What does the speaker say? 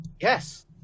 Yes